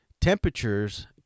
temperatures